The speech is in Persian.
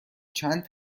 چند